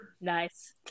Nice